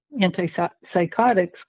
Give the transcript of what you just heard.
antipsychotics